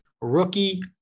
Rookie